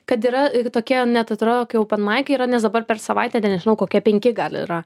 kad yra tokie net atrodo kaip openmaikai yra nes dabar per savaitę ten nežinau kokie penki gal yra